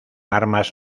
armas